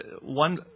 one